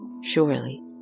Surely